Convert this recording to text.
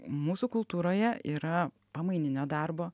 mūsų kultūroje yra pamaininio darbo